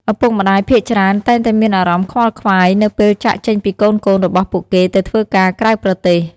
ឪពុកម្ដាយភាគច្រើនតែងមានអារម្មណ៍ខ្វល់ខ្វាយ នៅពេលចាកចេញពីកូនៗរបស់ពួកគេទៅធ្វើការក្រៅប្រទេស។